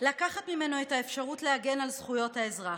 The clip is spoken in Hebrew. לקחת ממנו את האפשרות להגן על זכויות האזרח.